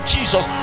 Jesus